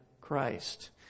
Christ